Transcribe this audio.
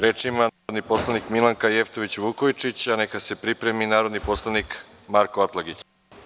Reč ima narodni poslanik Milanka Jevtović Vukojičić, a neka se pripremi naredi poslanik Marko Atlagić.